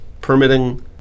permitting